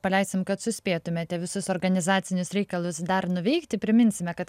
paleisim kad suspėtumėte į visus organizacinius reikalus dar nuveikti priminsime kad